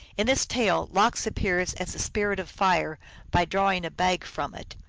in this tale lox appears as the spirit of fire by drawing a bag from it.